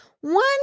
One